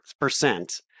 percent